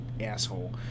asshole